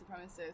supremacists